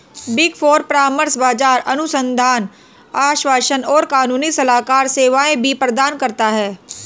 big four परामर्श, बाजार अनुसंधान, आश्वासन और कानूनी सलाहकार सेवाएं भी प्रदान करता है